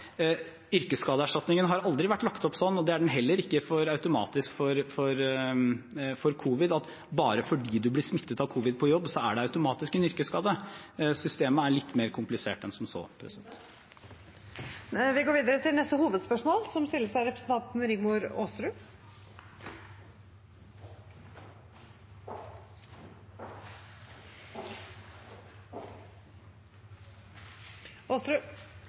bare fordi en blir smittet av covid-19 på jobb, er det automatisk en yrkesskade. Systemet er litt mer komplisert enn som så. Vi går videre til neste hovedspørsmål. Da krisen rammet, var regjeringen dårlig forberedt. Regjeringens reaksjon på krisen var kortsiktig og utilstrekkelig. Regjeringen foreslo krisepakker som